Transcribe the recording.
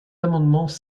amendements